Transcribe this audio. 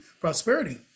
prosperity